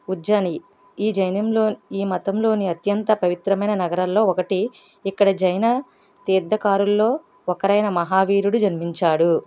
ఉజ్జయిని ఈ జైనంలో ఈ మతంలోని అత్యంత పవిత్రమైన నగరంలో ఒకటి ఇక్కడ జైన తీర్థకారులలో ఒకరు అయిన మహావీరుడు జన్మించాడు